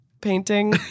painting